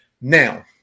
Now –